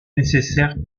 nécessaires